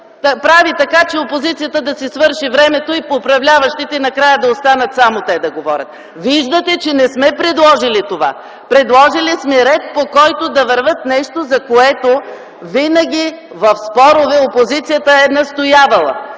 прави така, че опозицията да си свърши времето и управляващите накрая да останат само те да говорят. Виждате, че не сме предложили това. Предложили сме ред, по който да вървят. Нещо, за което винаги в спорове опозицията е настоявала